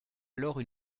alors